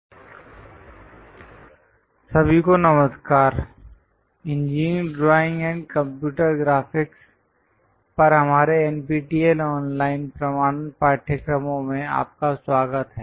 lecture 04 introduction to engineering drawing IV सभी को नमस्कार engineering drawing and graphics computer graphics पर हमारे एनपीटीईएल ऑनलाइन प्रमाणन पाठ्यक्रमों में आपका स्वागत है